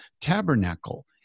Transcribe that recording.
tabernacle